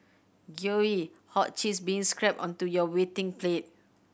gooey hot cheese being scrapped onto your waiting plate